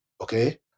okay